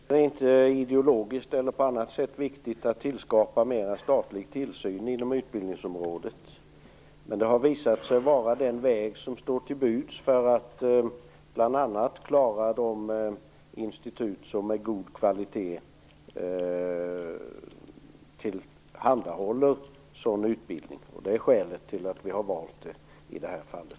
Herr talman! För oss är det inte ideologiskt eller på annat sätt viktigt att tillskapa mera statlig tillsyn inom utbildningsområdet. Men det har visat sig vara den väg som står till buds för att bl.a. klara de institut som med god kvalitet tillhandahåller sådan utbildning. Det är skälet till att vi har valt det i det här fallet.